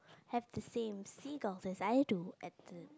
have the same seagulls as I do at the